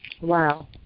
Wow